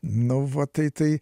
nu va tai tai